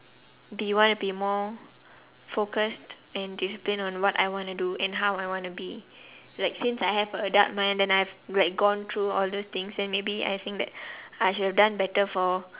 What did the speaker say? be want to be more focused and disciplined on what I wanna do and how I wanna be like since I have a adult mind and I've like gone through all those things then maybe I think that I should have done better for